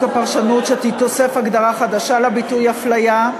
הפרשנות: שתיתוסף הגדרה חדשה לביטוי "הפליה",